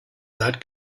that